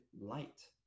light